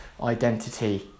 identity